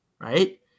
right